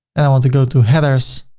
and i want to go to headers.